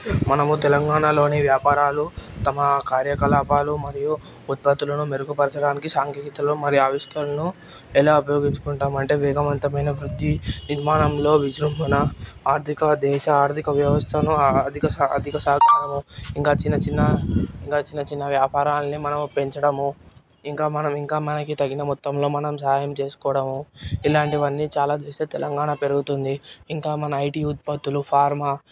మనము తెలంగాణలోని వ్యాపారాలు తమ కార్యకలాపాలు మరియు ఉత్పత్తులను మెరుగుపరచడానికి సాంకేతికలను మరియు ఆవిష్కరణలను ఎలా ఉపయోగించుకుంటామంటే వేగవంతమైన వృద్ధి నిర్మాణంలో విజృంభణ ఆర్థిక దేశ ఆర్థిక వ్యవస్థను ఆర్థిక ఆర్థిక శాఖలను ఇంకా చిన్న చిన్న ఇంకా చిన్న చిన్న వ్యాపారులని మనం పెంచడము ఇంకా మనం ఇంకా మనకి తగిన మొత్తంలో మనం సహాయం చేసుకోవడము ఇలాంటివన్నీ చాలా చూస్తే తెలంగాణ పెరుగుతుంది ఇంకా మన ఐటీ ఉత్పత్తులు ఫార్మా